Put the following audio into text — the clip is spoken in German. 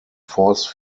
force